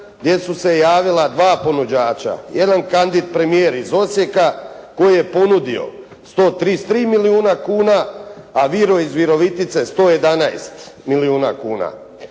gdje su se javila dva ponuđača. Jedan "Kandit Premijer" iz Osijeka, koji je ponudio 133 milijuna kuna, a "Viro" iz Virovitice 111 milijuna kuna.